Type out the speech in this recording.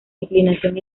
inclinación